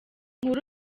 inkuru